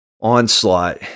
onslaught